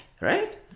right